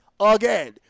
Again